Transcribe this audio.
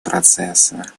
процесса